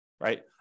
right